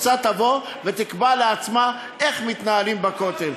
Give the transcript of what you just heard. מעולם לא שמעתי שמנעו מיהודי להיכנס להתפלל בכותל.